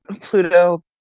Pluto